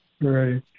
Right